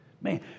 Man